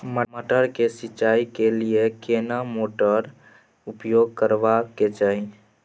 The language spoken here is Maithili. मटर के सिंचाई के लिये केना मोटर उपयोग करबा के चाही?